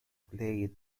played